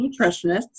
nutritionists